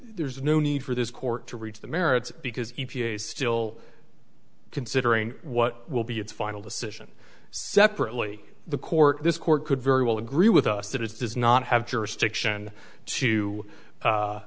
there is no need for this court to reach the merits because e p a still considering what will be its final decision separately the court this court could very well agree with us that it does not have jurisdiction to